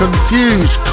Confused